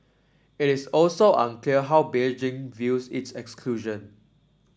it is also unclear how Beijing views its exclusion